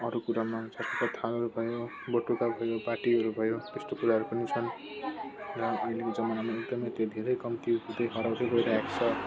अरू कुरामा सबै थालहरू भयो बटुका भयो बाटीहरू भयो त्यस्तो कुराहरू पनि छन् र अहिलेको जमानामा एकदमै त्यो धेरै कम्ती हुँदै हराउँदै गइरहेको छ